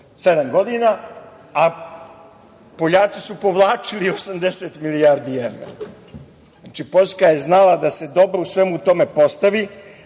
godina, a Poljaci su povlačili 80 milijardi evra. Znači, Poljska je znala da se u svemu tome postavi